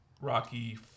rocky